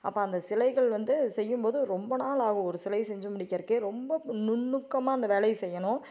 அப்போ அந்த சிலைகள் வந்து செய்யும்போது ரொம்ப நாள் ஆகும் ஒரு சிலையை செஞ்சு முடிக்கிறதுக்கே ரொம்ப நுணுக்கமாக அந்த வேலையை செய்யணும்